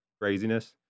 craziness